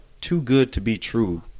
too-good-to-be-true